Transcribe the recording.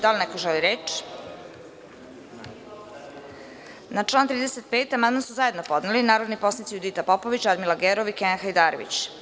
Da li neko želi reč? (Ne) Na član 35. amandman su zajedno podneli narodni poslanici Judita Popović, Radmila Gerov i Kenan Hajdarević.